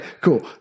cool